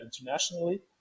internationally